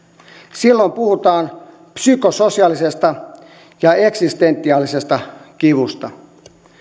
silloin puhutaan psykososiaalisesta ja eksistentiaalisesta kivusta